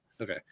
okay